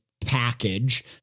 package